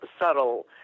subtle